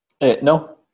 no